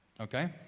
Okay